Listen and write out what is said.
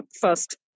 first